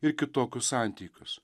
ir kitokius santykius